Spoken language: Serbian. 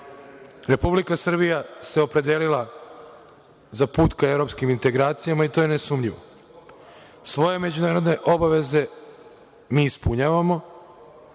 put. Republika Srbija se opredelila za put ka evropskim integracijama i to je nesumnjivo. Svoje međunarodne obaveze mi ispunjavamo.S